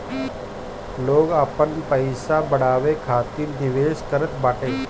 लोग आपन पईसा बढ़ावे खातिर निवेश करत बाटे